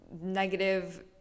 negative